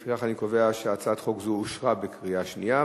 לפיכך אני קובע שהצעת חוק זו אושרה בקריאה שנייה.